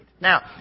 Now